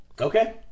Okay